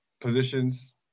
positions